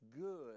good